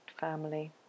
family